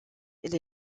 elle